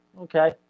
Okay